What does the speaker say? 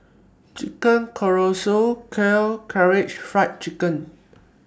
Chicken Casserole Kheer Karaage Fried Chicken